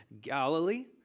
Galilee